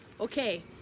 Okay